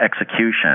Execution